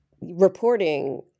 reporting